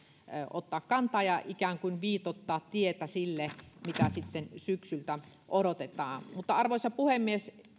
ottaa kantaa ja ikään kuin viitoittaa tietä sille mitä sitten syksyltä odotetaan arvoisa puhemies